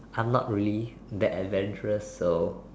I'm not really that adventurous so